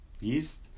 yeast